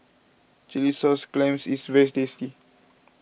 Chilli Sauce Clams is very tasty